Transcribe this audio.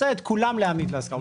רוצה את כולן להעמיד להשכרה,